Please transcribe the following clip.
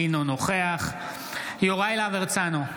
אינו נוכח יוראי להב הרצנו,